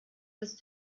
das